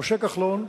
משה כחלון,